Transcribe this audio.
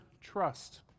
trust